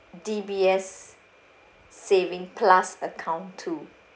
D_B_S saving plus account too